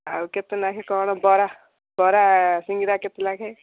ଆଉ କେତେ ଲେଖେ କ'ଣ ବରା ବରା ସିଙ୍ଗଡ଼ା କେତେ ଲେଖେ